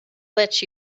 let